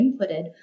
inputted